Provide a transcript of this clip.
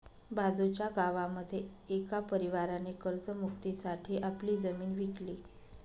बाजूच्या गावामध्ये एका परिवाराने कर्ज मुक्ती साठी आपली जमीन विकली